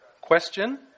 question